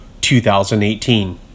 2018